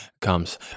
comes